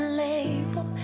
label